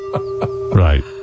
Right